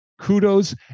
kudos